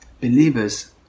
believers